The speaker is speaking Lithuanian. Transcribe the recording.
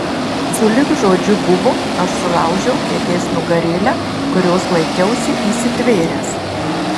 sulig žodžiu buvo aš sulaužiau kėdės nugarėlę kurios laikiausi įsitvėręs